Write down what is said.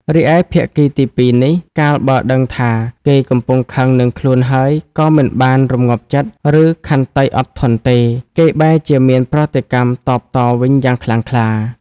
រីឯភាគីទីពីរនេះ កាលបើដឹងថា គេកំពុងខឹងនឹងខ្លួនហើយក៏មិនបានរំងាប់ចិត្ត ឬខន្តីអត់ធន់ទេ គេបែរជាមានប្រតិកម្មតបតវិញយ៉ាងខ្លាំងក្លា ។